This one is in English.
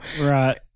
Right